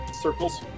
circles